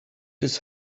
his